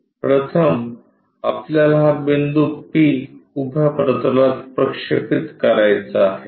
प्रथम आपल्याला हा बिंदू p उभ्या प्रतलात प्रक्षेपित करायचा आहे